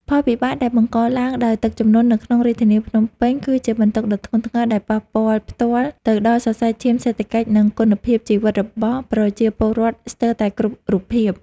ផលវិបាកដែលបង្កឡើងដោយទឹកជំនន់នៅក្នុងរាជធានីភ្នំពេញ គឺជាបន្ទុកដ៏ធ្ងន់ធ្ងរដែលប៉ះពាល់ផ្ទាល់ទៅដល់សរសៃឈាមសេដ្ឋកិច្ច និងគុណភាពជីវិតរបស់ប្រជាពលរដ្ឋស្ទើរតែគ្រប់រូបភាព។